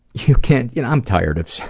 you can i'm tired of,